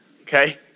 Okay